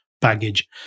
baggage